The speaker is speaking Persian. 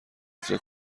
قفل